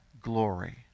glory